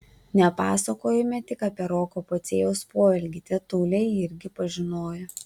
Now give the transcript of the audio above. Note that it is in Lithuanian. nepasakojome tik apie roko pociejaus poelgį tetulė jį irgi pažinojo